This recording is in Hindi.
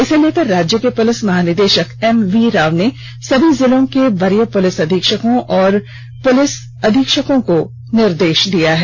इसे लेकर राज्य के पुलिस महानिदेशक एमवी राव ने सभी जिलों के वरीय पुलिस अधीक्षकों और पुलिस अधीक्षकों को निर्देश दिया है